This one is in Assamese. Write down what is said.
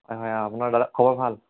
হয় হয় আপোনাৰ দাদা খবৰ ভাল